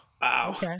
Wow